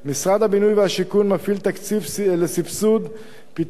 משרד הבינוי והשיכון מפעיל תקציב לסבסוד פיתוח